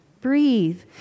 Breathe